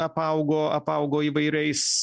apaugo apaugo įvairiais